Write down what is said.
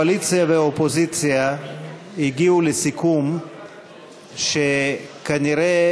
הקואליציה והאופוזיציה הגיעו לסיכום שכנראה,